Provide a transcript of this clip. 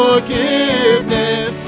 forgiveness